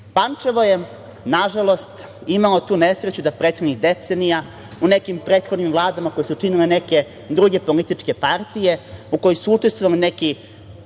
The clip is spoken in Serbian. je, nažalost, imalo tu nesreću da prethodnih decenija, u nekim prethodnim vladama koje su činile neke druge političke partije, u kojima su učestvovali neki